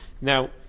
Now